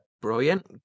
Brilliant